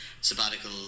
sabbatical